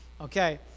okay